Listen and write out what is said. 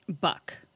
Buck